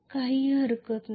काही हरकत नाही